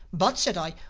but, said i,